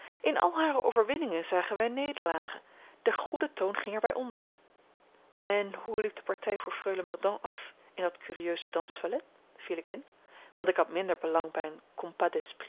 in al hare overwinningen zagen wij nederlagen de goede toon ging er bij onder en hoe liep de partij voor freule mordaunt af in dat curieuse danstoilet viel ik in want ik had minder belang bij